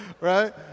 right